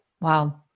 Wow